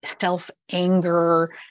self-anger